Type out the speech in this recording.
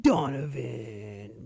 Donovan